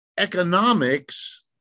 Economics